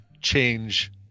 change